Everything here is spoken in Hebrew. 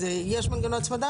אז יש מנגנון הצמדה,